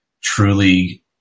truly